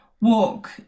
walk